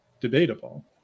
debatable